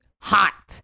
hot